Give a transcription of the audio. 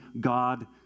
God